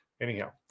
Anyhow